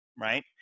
right